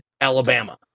Alabama